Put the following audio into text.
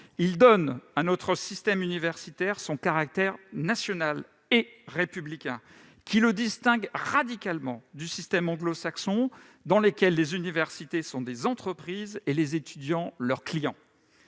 Il donne à notre système universitaire son caractère national et républicain, qui le distingue radicalement du système anglo-saxon, dans lequel les universités sont des entreprises et les étudiants leurs clients.